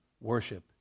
Worship